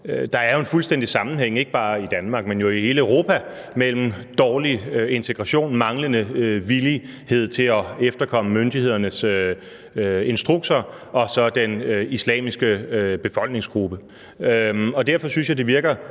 Der er jo en fuldstændig sammenhæng, ikke bare i Danmark, men jo i hele Europa, mellem dårlig integration og manglende villighed til at efterkomme myndighedernes instrukser og så den islamiske befolkningsgruppe. Derfor synes jeg, det virker